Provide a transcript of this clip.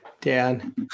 Dan